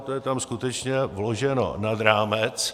To je tam skutečně vloženo nad rámec.